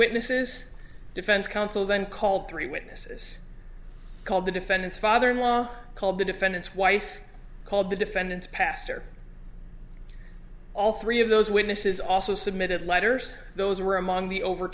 witnesses defense counsel then called three witnesses called the defendant's father in law called the defendant's wife called the defendant's pastor all three of those witnesses also submitted letters those were among the over